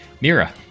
mira